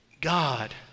God